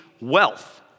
wealth